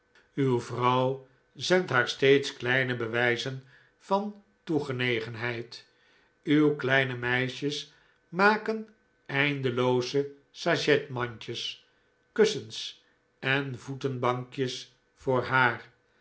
uw vrouw zendt haar steeds kleine bewijzen van toegenegenheid uw kleine meisjes maken eindelooze sajetmandjes kussens en voetenbankjes voor haar